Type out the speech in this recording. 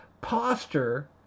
posture